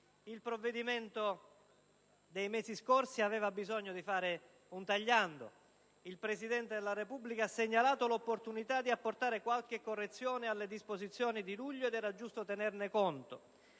Il provvedimento dei mesi scorsi aveva bisogno di fare un tagliando; il Presidente della Repubblica ha segnalato l'opportunità di apportare qualche correzione alle disposizioni presentate nel luglio scorso, ed era giusto tenerne conto.